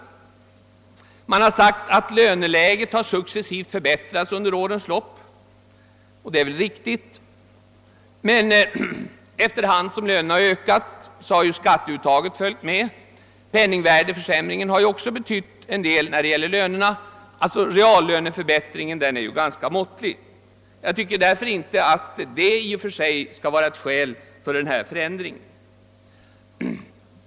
Man har menat att löneläget successivt förbättrats under årens lopp, och det är väl riktigt. Men efter hand som lönerna ökat har skatteuttaget stigit, och penningvärdeförsämringen har också haft inverkan på lönerna. Reallönehöjningen har alltså varit ganska måttlig. Jag tycker därför inte att detta i och för sig kan vara ett skäl för den föreslagna förändringen.